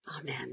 Amen